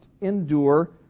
endure